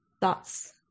thoughts